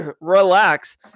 relax